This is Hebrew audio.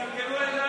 נתקבל.